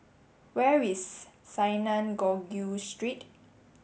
where is Synagogue Street